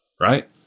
right